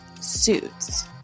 Suits